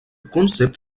concept